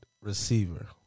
receiver